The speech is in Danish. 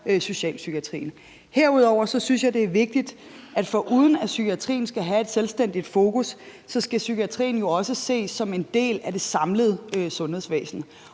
socialpsykiatrien. Herudover synes jeg jo, det er vigtigt, at psykiatrien, foruden at den skal have et selvstændigt fokus, så også skal ses som en del af det samlede sundhedsvæsen.